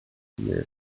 year